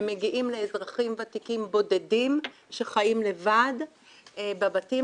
הם מגיעים לאזרחים ותיקים בודדים שחיים לבד בבתים